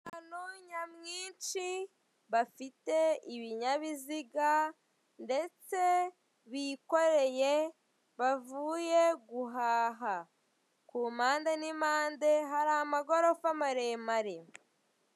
Abantu nyamwinshi bafite ibinyabiziga ndetse bikoreye bavuye guhaha. Ku mpane n'impande hari amagorofa maremere.